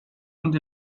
und